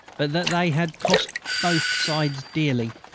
but that they had cost both sides dear.